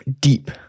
deep